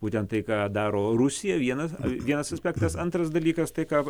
būtent tai ką daro rusija vienas vienas aspektas antras dalykas tai ką